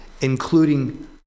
Including